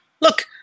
look